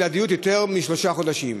שלא תהיה בלעדיות יותר משלושה חודשים.